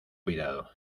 cuidado